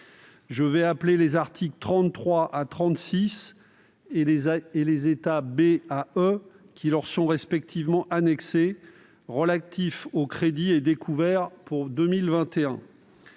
Je vais appeler les articles 33 à 36 et les états B à E qui leur sont respectivement annexés, relatifs aux crédits et découverts pour 2021.